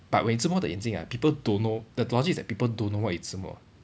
but when you 自摸 the 眼睛 ah people don't know the logic is that people don't know what you 自摸